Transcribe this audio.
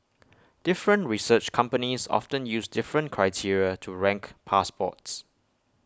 different research companies often use different criteria to rank passports